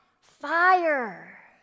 Fire